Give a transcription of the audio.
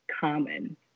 common